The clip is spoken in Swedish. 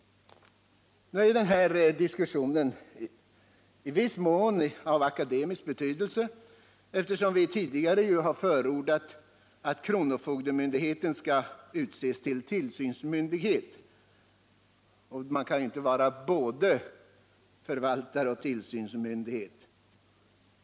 Nu är den här diskussionen i viss mån av akademisk betydelse, eftersom vi tidigare har förordat att kronofogdemyndigheten skall utses till tillsynsmyndighet. Man kan ju inte vara både förvaltare och tillsynsmyndighet.